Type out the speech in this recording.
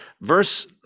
Verse